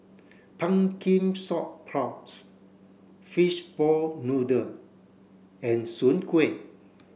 pumpkin sauce prawns fishball noodle and Soon Kway